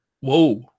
Whoa